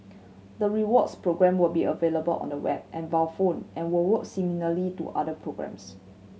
the rewards program will be available on the web and via phone and will work similarly to other programs